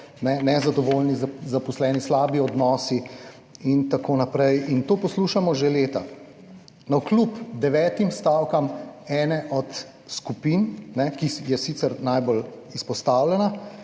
nezadovoljni zaposleni, slabi odnosi in tako naprej. In to poslušamo že leta, navkljub devetim stavkam ene od skupin, ki je sicer najbolj izpostavljena,